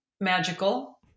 magical